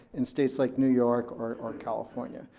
in states like new york or or california.